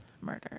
murder